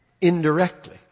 indirectly